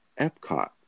Epcot